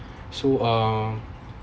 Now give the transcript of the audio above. so uh